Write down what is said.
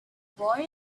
boy